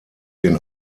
den